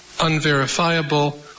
unverifiable